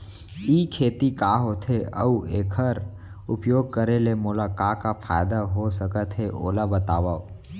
ई खेती का होथे, अऊ एखर उपयोग करे ले मोला का का फायदा हो सकत हे ओला बतावव?